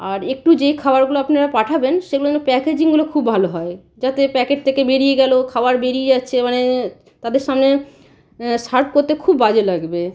আর একটু যেই খাবারগুলো আপনারা পাঠাবেন সেগুলো যেন প্যাকেজিংগুলো খুব ভালো হয় যাতে প্যাকেট থেকে বেরিয়ে গেলো খাবার বেড়িয়ে যাচ্ছে মানে তাদের সামনে সাফ করতে খুব বাজে লাগবে